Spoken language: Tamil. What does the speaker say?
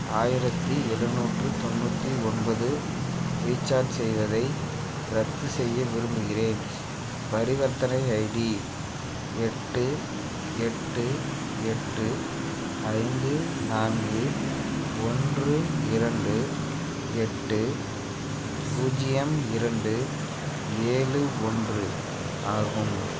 ஆயிரத்து எழுநூற்று தொண்ணூற்றி ஒன்பது ரீசார்ஜ் செய்வதை ரத்து செய்ய விரும்புகிறேன் பரிவர்த்தனை ஐடி எட்டு எட்டு எட்டு ஐந்து நான்கு ஒன்று இரண்டு எட்டு பூஜ்ஜியம் இரண்டு ஏழு ஒன்று ஆகும்